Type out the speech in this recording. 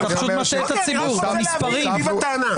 זו הטענה שלך.